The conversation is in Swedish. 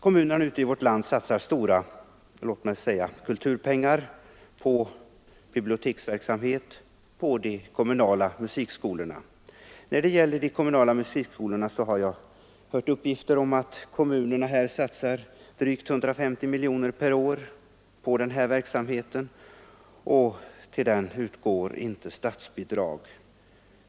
Kommunerna ute i vårt land anslår stora summor till biblioteksverksamhet och till de kommunala musikskolorna. När det gäller de kommunala musikskolorna har jag hört uppgifter om att kommunerna satsar drygt 150 miljoner kronor per år på denna verksamhet som inte är statsbidragsberättigad.